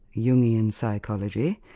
jungian psychology,